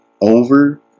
over